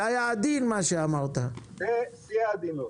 זה שיא העדינות.